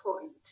point